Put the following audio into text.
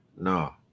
No